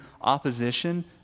opposition